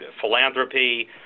philanthropy